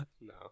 No